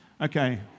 okay